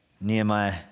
Nehemiah